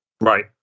right